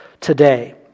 today